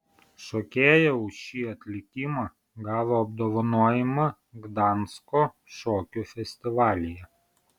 šokėja už šį atlikimą gavo apdovanojimą gdansko šokio festivalyje